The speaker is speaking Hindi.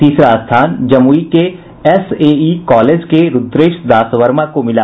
तीसरा स्थान जमुई के एस ए ई कॉलेज के रूद्रेश दास वर्मा को मिला